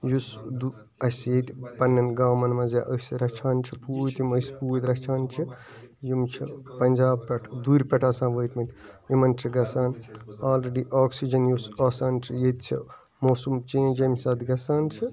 یُس دُ اسہِ ییٚتہِ پَننیٚن گامَن مَنٛز یا أسۍ رَچھان چھِ پوٗتۍ یِم أسۍ پوٗتۍ رَچھان چھِ یِم چھِ پَنٛجاب پٮ۪ٹھ دوٗرِ پٮ۪ٹھ آسان وٲتۍ مٕتۍ یِمَن چھِ گَژھان آلریٚڈی آکسیٖجَن یُس آسان چھُ ییٚتہِ چھِ موسَم چینٛج ییٚمہِ ساتہٕ گَژھان چھُ